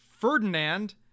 Ferdinand